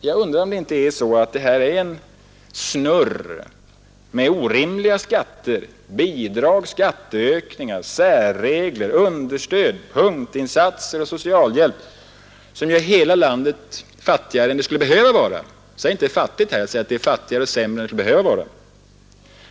Jag undrar om det inte är så att det är en snurr med orimliga skatter, bidrag, skatteökningar, särregler, understöd, punktinsatser och socialhjälp som gör hela landet fattigare än det skulle behöva vara. Jag säger inte att det är fattigt men att det är fattigare eller sämre än det skulle behöva vara.